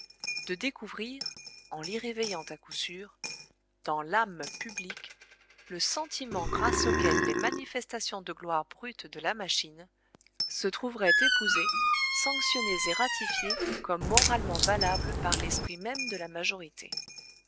la grosse difficulté de découvrir en l'y réveillant à coup sûr dans l'âme publique le sentiment grâce auquel les manifestations de gloire brute de la machine se trouveraient épousées sanctionnées et ratifiées comme moralement valables par l'esprit même de la majorité